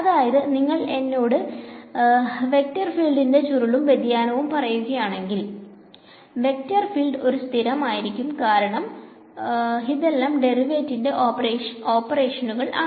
അതായത് നിങ്ങൾ എന്നോട് ഇരി വെക്ടർ ഫീൽഡിന്റെ ചുരുളും വ്യതിയാനവും പറയുകയാണെങ്കിൽ വെക്ടർ ഫീൽഡ് ഒരു സ്ഥിരമായിരിക്കും കാരണം ഇതെല്ലാം ഡെറിവേറ്റിവ് ഓപ്പറേഷനുകൾ ആണ്